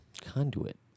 conduit